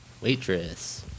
Waitress